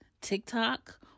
TikTok